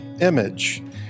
image